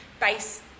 base